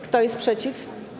Kto jest przeciw?